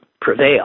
prevail